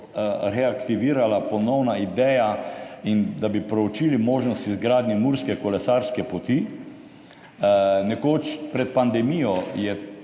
reaktivirala ponovna ideja in da bi proučili možnost izgradnje murske kolesarske poti. Nekoč pred pandemijo je,